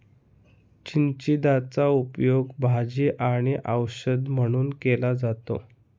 चिचिंदाचा उपयोग भाजी आणि औषध म्हणून केला जातो